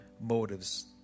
motives